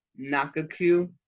Nakaku